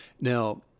Now